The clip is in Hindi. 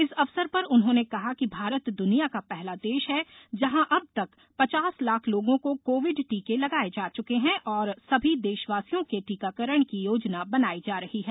इस अवसर पर उन्होंने कहा कि भारत दुनिया का पहला देश है जहां अब तक पचास लाख लोगों को कोविड टीके लगाए जा चुके हैं और समी देशवासियों के टीकाकरण की योजना बनाई जा रही है